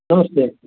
नमस्ते